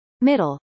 middle